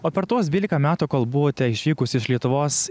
o per tuos dvylika metų kol buvote išvykusi iš lietuvos